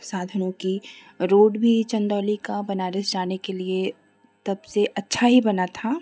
साधनों की रोड भी चन्दौली का बनारस जाने के लिए तब से अच्छी ही बनी थी